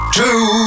two